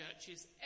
churches